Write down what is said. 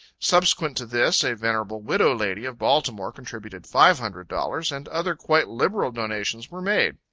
subsequent to this, a venerable widow lady of baltimore contributed five hundred dollars, and other quite liberal donations were made.